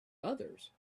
others